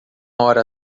hora